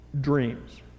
Dreams